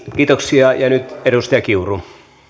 kiitoksia ja nyt edustaja kiuru